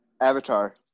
Avatar